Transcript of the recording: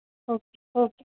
okay okay